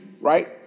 Right